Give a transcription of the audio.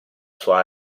sua